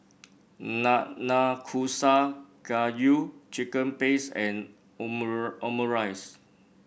Nanakusa Gayu Chicken Pasta and Omurice